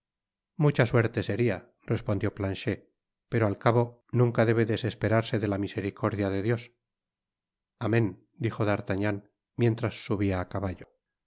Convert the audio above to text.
mucha suerte seria respondió planchet pero al cabo nunca debe desesperarse de la misericordia de dios amen dijo d'artagnan mientras subia á caballo y